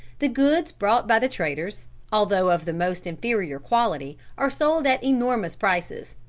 the goods brought by the traders, although of the most inferior quality, are sold at enormous prices.